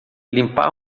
limpar